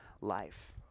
life